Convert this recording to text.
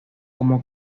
como